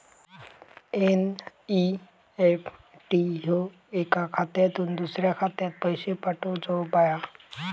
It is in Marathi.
एन.ई.एफ.टी ह्यो एका खात्यातुन दुसऱ्या खात्यात पैशे पाठवुचो उपाय हा